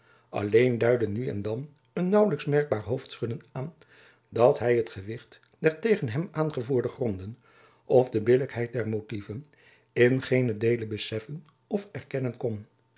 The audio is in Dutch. alleen duidde nu en dan een naauwlijks merkbaar hoofdschudden aan dat hy het gewicht der tegen hem aangevoerde gronden of de billijkheid der jacob van lennep elizabeth musch motieven in geenen deele beseffen of erkennen kon